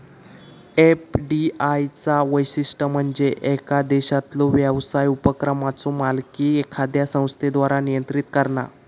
FDI चा वैशिष्ट्य म्हणजे येका देशातलो व्यवसाय उपक्रमाचो मालकी एखाद्या संस्थेद्वारा नियंत्रित करणा